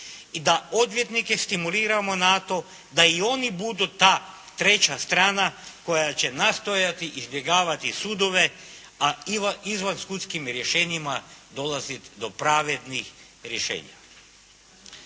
i da odvjetnike stimuliramo na to da i oni budu ta treća strana koja će nastojati izbjegavati sudove a izvansudskim rješenjima dolaziti do pravednih rješenja.